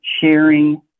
sharing